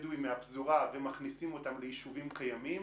בדואים מהפזורה ומכנסים אותם ליישובים קיימים,